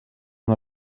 una